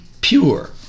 pure